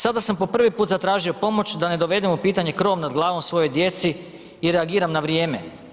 Sada sam po prvi puta zatražio pomoć da ne dovedem u pitanje krov nad glavom svojoj djeci i reagiram na vrijeme.